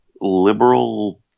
liberal